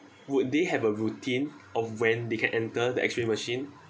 would they have a routine of when they can enter the x-ray machine